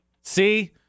See